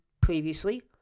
previously